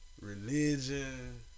religion